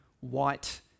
white